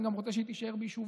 אני גם רוצה שהיא תישאר ביישוביה,